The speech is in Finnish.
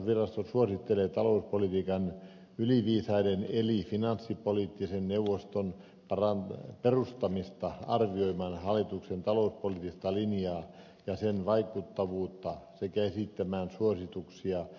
tarkastusvirasto suosittelee talouspolitiikan yliviisaiden eli finanssipoliittisen neuvoston perustamista arvioimaan hallituksen talouspoliittista linjaa ja sen vaikuttavuutta sekä esittämään suosituksia talousarvioesitysten laadintaan